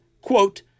quote